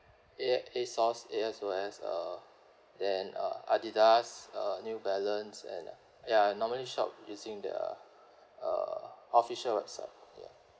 A asos A S O S uh then uh adidas uh new balance and ya I normally shop using the uh official website ya